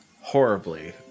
horribly